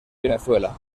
venezuela